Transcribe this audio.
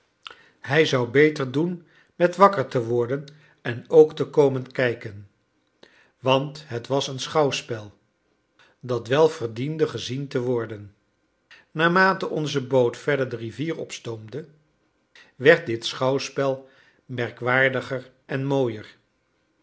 hij zou beter doen met wakker te worden en ook te komen kijken want het was een schouwspel dat wel verdiende gezien te worden naarmate onze boot verder de rivier opstoomde werd dit schouwspel merkwaardiger en mooier